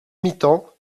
mitan